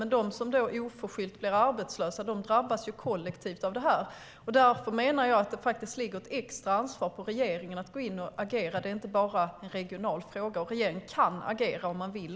Men de som oförskyllt blir arbetslösa drabbas ju kollektivt av detta. Därför menar jag att det ligger ett extra ansvar på regeringen att gå in och agera. Det är inte bara en regional fråga. Och regeringen kan agera om man vill.